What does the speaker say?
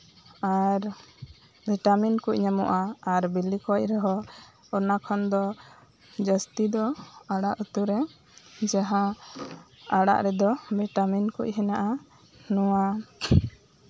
ᱟᱨ vitamin ᱠᱚ ᱧᱟᱢᱚᱜᱼᱟ ᱟᱨ ᱵᱤᱞᱤ ᱠᱷᱚᱱ ᱦᱚᱸ ᱚᱱᱟ ᱠᱷᱚᱱ ᱫᱚ ᱡᱟᱹᱥᱛᱤ ᱫᱚ ᱟᱲᱟᱜ ᱩᱛᱩᱨᱮ ᱡᱟᱸᱦᱟ ᱟᱲᱟᱜ ᱨᱮᱫᱚ ᱵᱷᱤᱴᱟᱢᱤᱱ ᱠᱚ ᱦᱮᱱᱟᱜᱼᱟ ᱱᱚᱶᱟ